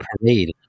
parade